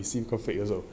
people